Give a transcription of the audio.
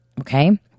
Okay